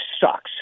sucks